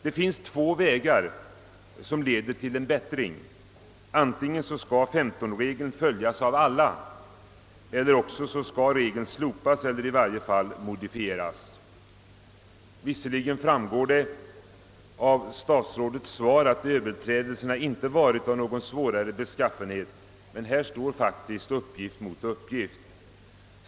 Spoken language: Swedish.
Det finns två vägar som leder till en förbättring. Antingen skall 15-regeln följas av alla eller också skall den slopas, eventuellt åtminstone modifieras. Visserligen skall, enligt vad som framgår av statsrådets svar, överträdelserna inte ha varit av svårare beskaffenhet, men härvidlag står faktiskt uppgift mot uppgift.